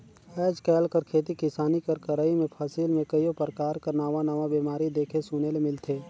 आएज काएल कर खेती किसानी कर करई में फसिल में कइयो परकार कर नावा नावा बेमारी देखे सुने ले मिलथे